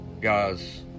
Guys